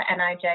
NIJ